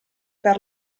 per